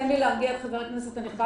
תן להרגיע את חבר הכנסת הנכבד,